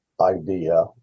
idea